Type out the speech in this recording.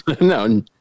No